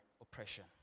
oppression